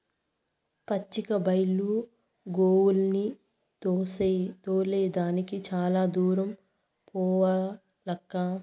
పచ్చిక బైలు గోవుల్ని తోలే దానికి చాలా దూరం పోవాలక్కా